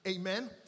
Amen